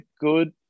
good